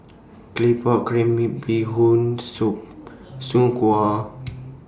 Claypot Crab Bee Hoon Soup Soon Kway